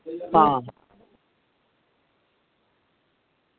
आं